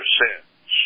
sins